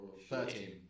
Thirteen